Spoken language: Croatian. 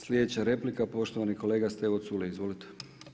Sljedeća replika poštovani kolega Stevo Culej, izvolite.